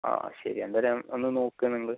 ആ ശരി അന്നേരം വന്ന് നോക്ക് നിങ്ങള്